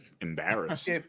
embarrassed